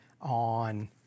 on